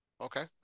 Okay